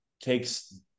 takes